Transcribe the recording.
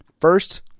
first